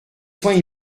soins